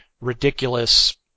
ridiculous